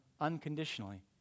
unconditionally